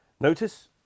Notice